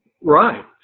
Right